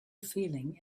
feeling